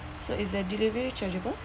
so is the delivery chargeable